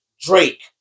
Drake